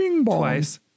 twice